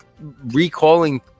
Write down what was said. recalling